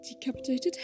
decapitated